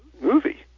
movie